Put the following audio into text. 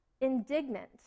indignant